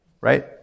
right